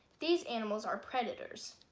these animals are predators.